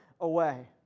away